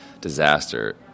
disaster